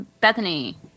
Bethany